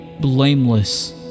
blameless